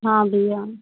हाँ भैया